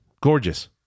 Gorgeous